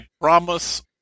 promise